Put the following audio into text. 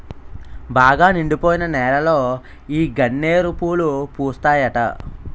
బాగా నిండిపోయిన నేలలో ఈ గన్నేరు పూలు పూస్తాయట